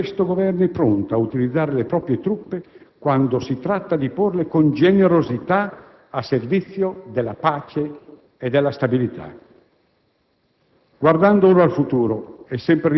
Ma abbiamo anche dimostrato che questo Governo è pronto a utilizzare le proprie truppe quando si tratta di porle con generosità al servizio della pace e della stabilità.